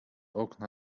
okna